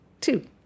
two